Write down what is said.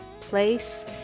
place